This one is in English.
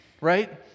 right